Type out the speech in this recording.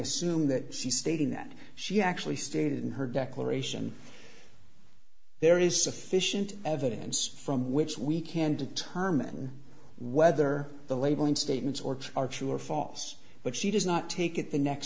that she stating that she actually stated in her declaration there is sufficient evidence from which we can determine whether the labeling statements orks are true or false but she does not take it the next